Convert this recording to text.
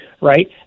Right